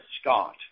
Scott